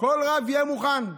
כל רב יהיה מוכן.